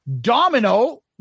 Domino